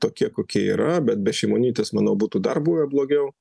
tokie kokie yra bet be šimonytės manau būtų dar buvę blogiau